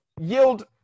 yield